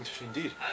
Indeed